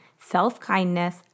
self-kindness